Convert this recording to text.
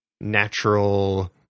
natural